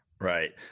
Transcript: Right